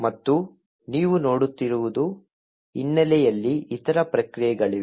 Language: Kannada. ಮತ್ತು ನೀವು ನೋಡುತ್ತಿರುವುದು ಹಿನ್ನೆಲೆಯಲ್ಲಿ ಇತರ ಪ್ರಕ್ರಿಯೆಗಳಿವೆ